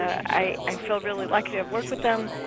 i feel really lucky to work with them.